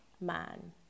man